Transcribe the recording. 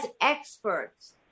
experts